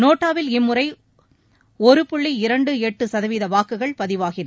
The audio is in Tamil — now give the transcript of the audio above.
நோட்டாவில் இம்முறை ஒரு புள்ளி இரண்டு எட்டு சதவீத வாக்குகள் பதிவாகின